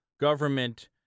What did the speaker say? Government